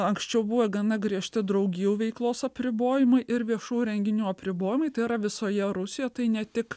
anksčiau buvo gana griežti draugijų veiklos apribojimai ir viešų renginių apribojimai tai yra visoje rusijoje tai ne tik